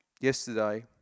yesterday